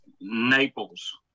Naples